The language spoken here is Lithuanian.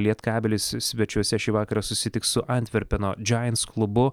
lietkabelis svečiuose šį vakarą susitiks su antverpeno džains klubu